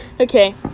Okay